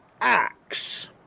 axe